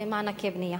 ומתן מענקי בנייה.